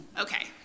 Okay